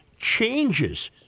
changes